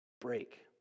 break